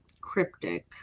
cryptic